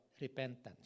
repentance